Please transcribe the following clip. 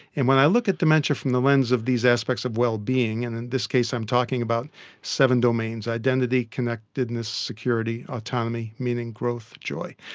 and when i look at dementia from the lens of these aspects of well-being, and in this case i'm talking about seven domains identity, connectedness, security, autonomy, meaning, growth, joy.